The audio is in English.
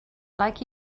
like